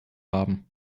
haben